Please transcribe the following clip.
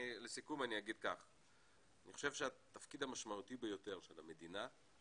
לסיכום אני אומר שאני חושב שהתפקיד המשמעותי ביותר של המדינה הוא